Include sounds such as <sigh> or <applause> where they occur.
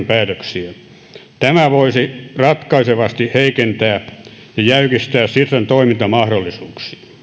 <unintelligible> päätöksiä tämä voisi ratkaisevasti heikentää ja jäykistää sitran toimintamahdollisuuksia